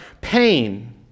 pain